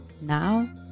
Now